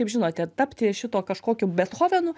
kaip žinote tapti šito kažkokiu bethovenu